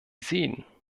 sehen